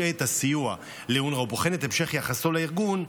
משעה את הסיוע לאונר"א ובוחן את המשך יחסו לארגון,